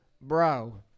bro